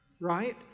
right